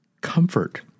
comfort